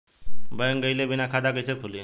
Bank गइले बिना खाता कईसे खुली?